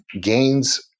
gains